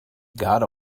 got